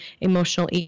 emotional